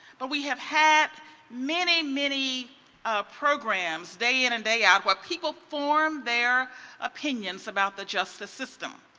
but we have had many many programs day in and day out where people form their opinions about the justice system.